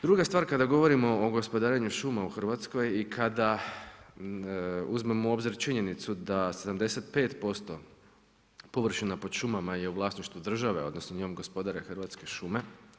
Druga stvar, kada govorimo o gospodarenju šuma u Hrvatskoj i kada uzmemo u obzir činjenicu da 75% površina pod šumama je u vlasništvu države, odnosno, njen gospodar je Hrvatske šume.